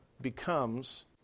becomes